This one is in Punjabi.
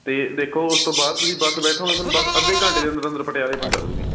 ਅਤੇ ਦੇਖੋ ਉਸ ਤੋਂ ਬਾਅਦ ਤੁਸੀਂ ਬੱਸ ਬੈਠੋਗੇ ਤੁਹਾਨੂੰ ਬੱਸ ਅੱਧੇ ਘੰਟੇ ਦੇ ਅੰਦਰ ਅੰਦਰ ਪਟਿਆਲੇ ਪਹੁੰਚਾ ਦਊਗੀ